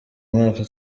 mwaka